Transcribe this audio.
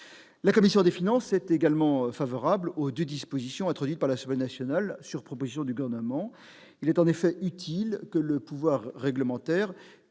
La commission des finances est également favorable aux deux dispositions introduites par l'Assemblée nationale, sur proposition du Gouvernement. Il est en effet utile que le pouvoir réglementaire